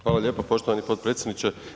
Hvala lijepo poštovani potpredsjedniče.